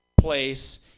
place